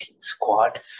squad